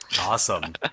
Awesome